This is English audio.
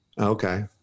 Okay